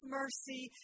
mercy